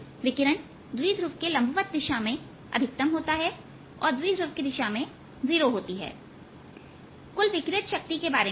विकिरण द्विध्रुव के लंबवत दिशा में अधिकतम होती है और द्विध्रुव की दिशा में यह 0 होती है कुल विकिरित शक्ति के बारे में क्या